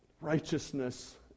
Righteousness